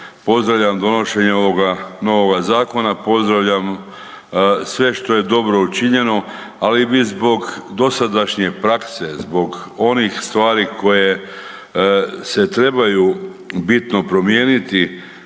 Pozdravljam donošenje ovoga novoga zakona, pozdravljam sve što je dobro učinjeno ali bi zbog dosadašnje prakse, zbog onih stvari koje se trebaju bitno promijeniti